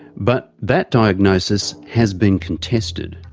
but that diagnosis has been contested.